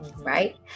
Right